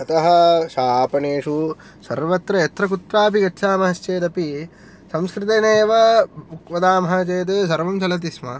अतः आपणेषु सर्वत्र यत्र कुत्रापि गच्छामश्चेदपि संस्कृतेनेव वदामः चेत् सर्वं चलति स्म